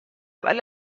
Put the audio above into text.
ولی